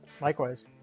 Likewise